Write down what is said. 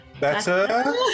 better